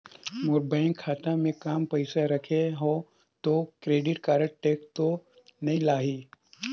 मोर bank खाता मे काम पइसा रखे हो तो क्रेडिट कारड टेक्स तो नइ लाही???